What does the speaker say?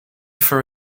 for